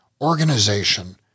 organization